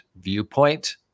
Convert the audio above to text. viewpoint